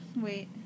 Wait